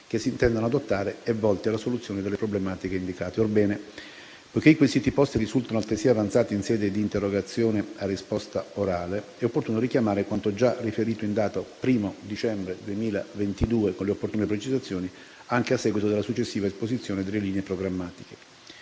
che si intendano adottare e volte alla soluzione delle problematiche indicate. Poiché i quesiti posti risultano altresì avanzati in sede di interrogazione a risposta orale, è opportuno richiamare quanto già riferito in data 1° dicembre 2022 con le opportune precisazioni, anche a seguito della successiva esposizione delle linee programmatiche.